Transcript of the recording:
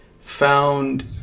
found